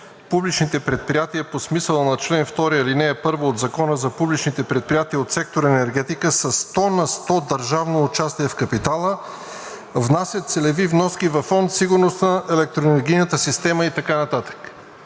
публичните предприятия по смисъла на чл. 2, ал. 1 от Закона за публичните предприятия от сектор „Енергетика“ със 100 на 100 държавно участие в капитала внасят целеви вноски във Фонд „Сигурност“ на електроенергийната система и така нататък.